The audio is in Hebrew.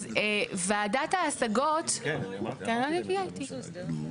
אז ועדת ההשגות --- דרך אגב,